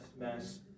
mess